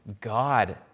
God